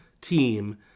team